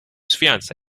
fiance